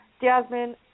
Jasmine